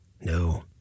No